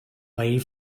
wave